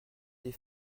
des